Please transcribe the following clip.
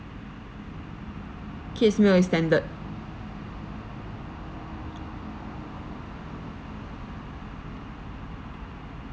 kings bed is standard